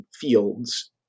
fields